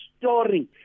story